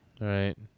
right